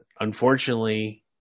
unfortunately